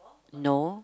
no